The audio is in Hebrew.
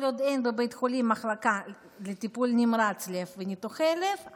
כל עוד אין בבית החולים מחלקה לטיפול נמרץ לב וניתוחי לב,